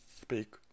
speak